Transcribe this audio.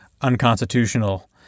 unconstitutional